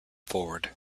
forward